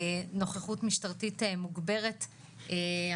נוכחות משטרתית מוגברת,